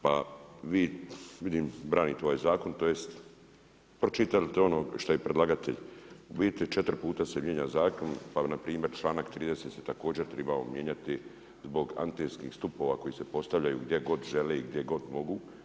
Pa vi vidim branite ovaj zakon tj. pročitali ste ono što je predlagatelj u biti četiri puta se mijenja zakon, ali npr. članak 30. se također trebao mijenjati zbog antenskih stupova koji se postavljaju gdje god žele i gdje god mogu.